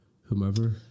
whomever